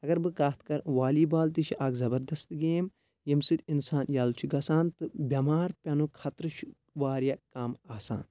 اگر بہٕ کَتھ کَرٕ والی بال تہِ چھِ اَکھ زبردست گیم ییٚمہِ سۭتۍ اِنسان یَلہٕ چھُ گژھان تہٕ بؠمار پؠنُک خطرٕ چھُ واریاہ کم آسان